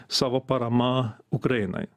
savo parama ukrainai